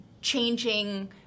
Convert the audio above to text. changing